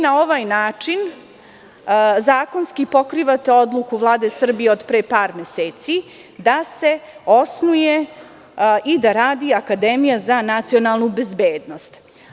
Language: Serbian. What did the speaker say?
Na ovaj način zakonski pokrivate odluku Vlade Srbije od pre par meseci da se osnuje i da radi Akademija za nacionalnu bezbednost.